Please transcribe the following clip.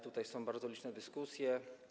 Tutaj są bardzo liczne dyskusje.